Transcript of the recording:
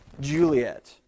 Juliet